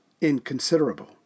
inconsiderable